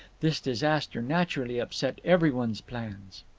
this disaster naturally upset every one's plans.